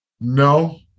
No